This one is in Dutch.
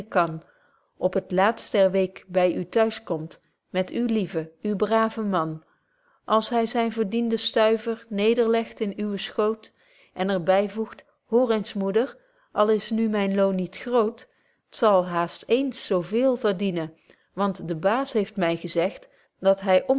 op het laatst der week u t'huis komt met uw lieve uw brave man als hy zijn verdienden stuiver nederlegt in uwen schoot en er byvoegt hoor eens moeder al is nu myn loon niet groot k zal haast eens zo véél verdienen want de baas heeft my gezegt dat hy